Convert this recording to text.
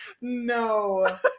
No